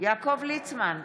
יעקב ליצמן,